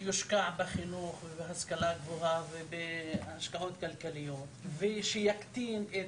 שיושקע בחינוך ובהשכלה הגבוהה ובהשקעות כלכליות ושיקטין את